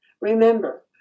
Remember